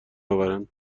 آورند